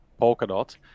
Polkadot